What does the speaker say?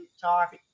talk